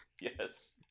yes